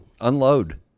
unload